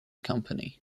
company